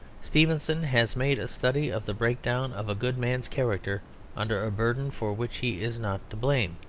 stevenson has made a study of the breakdown of a good man's character under a burden for which he is not to blame,